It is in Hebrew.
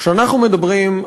כשאנחנו מדברים,